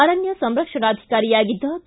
ಅರಣ್ಯ ಸಂರಕ್ಷಣಾಧಿಕಾರಿಯಾಗಿದ್ದ ಕೆ